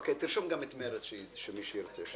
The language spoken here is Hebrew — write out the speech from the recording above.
איתי, תרשום גם את מרצ, מי שירצה שם.